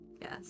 yes